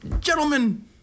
Gentlemen